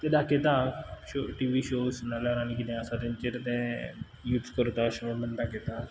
तें दाखयता show TV shows नाल्यार आनी कितें आसा तेंचेर तें यूज करतां अशें म्हणून दाखयता